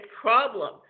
problem